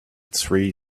three